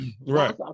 Right